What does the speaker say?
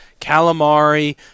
calamari